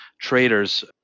traders